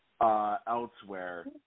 Elsewhere